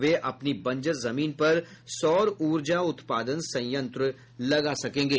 वे अपनी बंजर जमीन पर सौर ऊर्जा उत्पादन संयत्र लगा सकेंगे